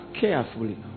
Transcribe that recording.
carefully